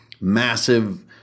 massive